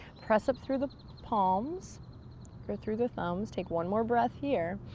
press up through the palms or through the thumbs. take one more breath here,